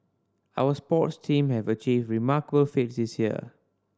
our sports team have achieved remarkable feats this year